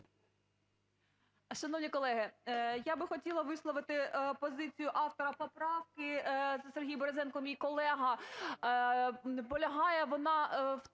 Шановні колеги, я би хотіла висловити позицію автора поправки - це Сергій Березенко, мій колега.